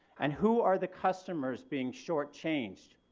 and who are the customers being shortchanged?